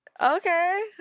Okay